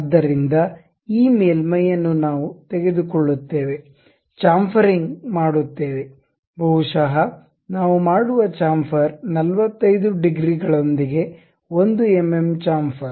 ಆದ್ದರಿಂದ ಈ ಮೇಲ್ಮೈಯನ್ನು ನಾವು ತೆಗೆದುಕೊಳ್ಳುತ್ತೇವೆ ಚಾಂಫರಿಂಗ್ ಮಾಡುತ್ತೇವೆ ಬಹುಶಃ ನಾವು ಮಾಡುವ ಚಾಂಫರ್ 45 ಡಿಗ್ರಿಗಳೊಂದಿಗೆ 1 ಎಂಎಂ ಚಾಂಫರ್